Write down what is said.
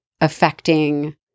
affecting